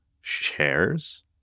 shares